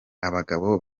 abagabo